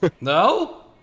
No